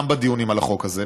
גם בדיונים על החוק הזה,